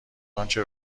آنچه